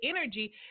energy